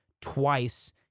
twice